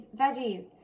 veggies